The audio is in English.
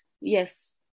yes